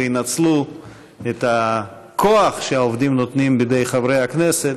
וינצלו את הכוח שהעובדים נותנים בידי חברי הכנסת